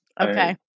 Okay